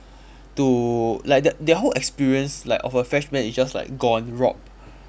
to like the the whole experience like of a freshman is just like gone robbed